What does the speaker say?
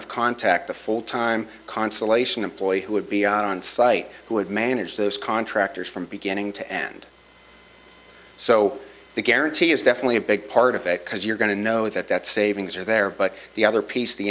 of contact a full time consolation employee who would be onsite who would manage those contractors from beginning to end so the guarantee is definitely a big part of it because you're going to know that that savings are there but the other piece the